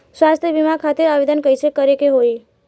स्वास्थ्य बीमा खातिर आवेदन कइसे करे के होई?